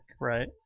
right